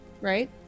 right